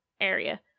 area